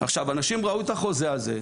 אנשים ראו את החוזה הזה,